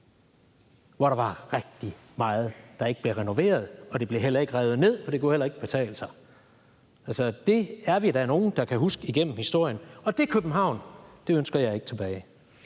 hvor der var rigtig meget, der ikke blev renoveret, og det blev heller ikke revet ned, for det kunne heller ikke betale sig. Altså, det er vi da nogle der kan huske er sket igennem historien, og det København ønsker jeg ikke tilbage.